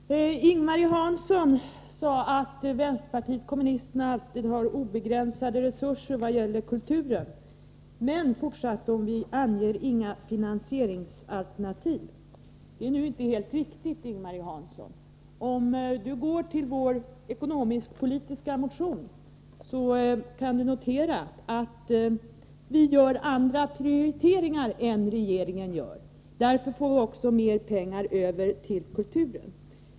Herr talman! Ing-Marie Hansson sade att vänsterpartiet kommunisterna alltid har obegränsade resurser till kulturen men att vi inte anger några finansieringsalternativ. Det är nu inte helt riktigt, Ing-Marie Hansson. Om Ing-Marie Hansson går till vår ekonomisk-politiska motion, kan hon där notera att vi gör andra prioriteringar än regeringen. Därför får vi också mer pengar över till kulturen.